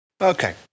Okay